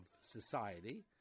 society